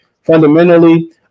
Fundamentally